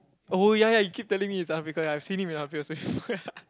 oh ya ya he keep telling me the stuff because ya I've seen him in our previous place